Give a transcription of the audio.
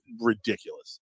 ridiculous